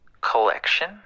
collection